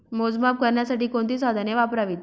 मोजमाप करण्यासाठी कोणती साधने वापरावीत?